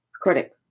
Critic